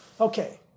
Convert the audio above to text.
Okay